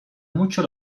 mucho